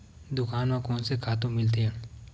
दुकान म कोन से खातु मिलथे?